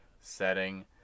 Setting